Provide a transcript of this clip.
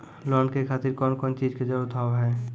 Loan के खातिर कौन कौन चीज के जरूरत हाव है?